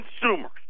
consumers